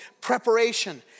preparation